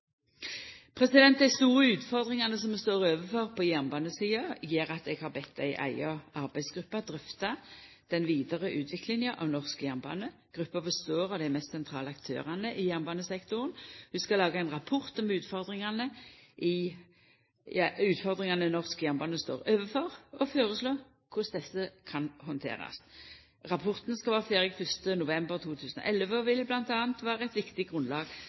området. Dei store utfordringane som vi står overfor på jernbanesida, gjer at eg har bedt ei eiga arbeidsgruppe drøfta den vidare utviklinga av norsk jernbane. Gruppa består av dei mest sentrale aktørane i jernbanesektoren. Ho skal laga ein rapport om utfordringane norsk jernbane står overfor, og føreslå korleis desse kan handterast. Rapporten skal vera ferdig 1. november 2011, og vil bl.a. vera eit viktig grunnlag